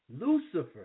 Lucifer